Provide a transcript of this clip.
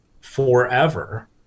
forever